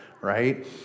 right